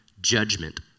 judgment